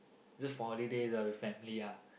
just for holidays ah with family ah